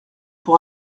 pour